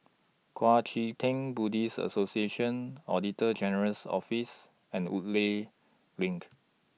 Kuang Chee Tng Buddhist Association Auditor General's Office and Woodleigh LINK